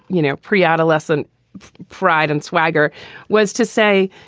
you know, pre-adolescent pride. and swagger was to say,